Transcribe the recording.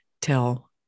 tell